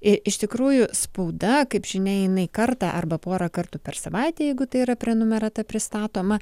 iš tikrųjų spauda kaip žinia eina į kartą arba porą kartų per savaitę jeigu tai yra prenumerata pristatoma